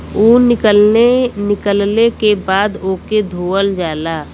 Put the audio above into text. ऊन निकलले के बाद ओके धोवल जाला